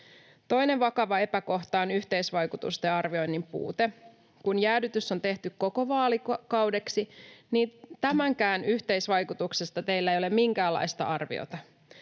Toinen vakava epäkohta on yhteisvaikutusten arvioinnin puute. Kun jäädytys on tehty koko vaalikaudeksi, niin tämänkään yhteisvaikutuksista teillä ei ole minkäänlaista arviota.